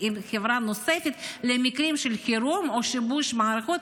עם חברה נוספת למקרים של חירום או שיבוש מערכות,